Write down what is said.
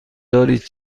دارید